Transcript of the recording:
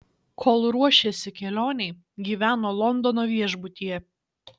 kol ruošėsi kelionei gyveno londono viešbutyje